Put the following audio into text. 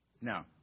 Now